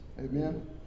Amen